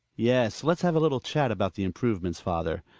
yes, let's have a little chat about the improvements, father.